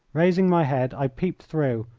raising my head i peeped through,